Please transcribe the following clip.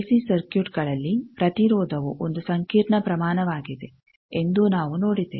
AC ಸರ್ಕ್ಯೂಟ್ಗಳಲ್ಲಿ ಪ್ರತಿರೋಧವು ಒಂದು ಸಂಕೀರ್ಣ ಪ್ರಮಾಣವಾಗಿದೆ ಎಂದೂ ನಾವು ನೋಡಿದ್ದೇವೆ